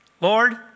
Lord